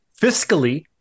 fiscally